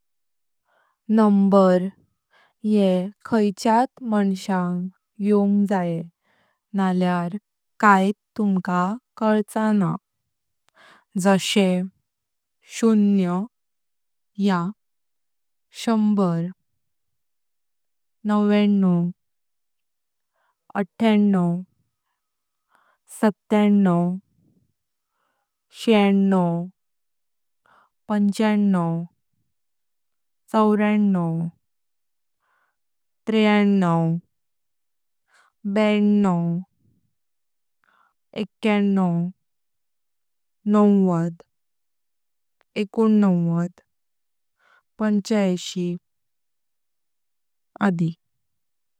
नंबर येह खैंच्यत मान्श्यांग योंग जाय नल्यार कायत तुमका कलचा न्हां। जाशे सुन्न्या या शंभर, नव्यान्नव, अथ्यान्नव, सथ्यान्नव, चियान्नव, पाण्चानोव, चौर्यान्नव, त्रेयन्नव, ब्यनन्नव, एक्यान्नव, नव्वत, एकुन्नावत,....... पाण्च्याइशी।